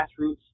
grassroots